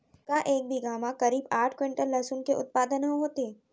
का एक बीघा म करीब आठ क्विंटल लहसुन के उत्पादन ह होथे?